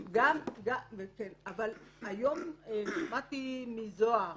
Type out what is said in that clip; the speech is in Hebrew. היום שמעתי מזוהר